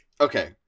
Okay